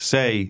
Say